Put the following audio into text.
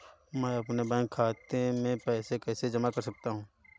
मैं अपने बैंक खाते में पैसे कैसे जमा कर सकता हूँ?